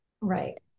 Right